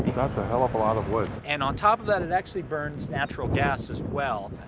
that's a hell of lot of wood. and on top of that, it actually burns natural gas, as well.